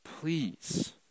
Please